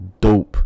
dope